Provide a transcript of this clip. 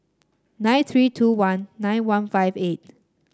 nine three two one nine one five eight